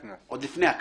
עוד לפני הקנס.